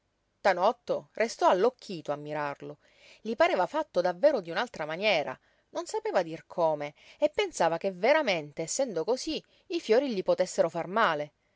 tanotto restò allocchito a mirarlo gli pareva fatto davvero d'un'altra maniera non sapeva dir come e pensava che veramente essendo cosí i fiori gli potessero far male